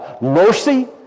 Mercy